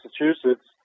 Massachusetts